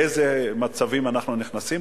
לאיזה מצבים אנחנו נכנסים.